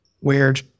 weird